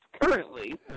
currently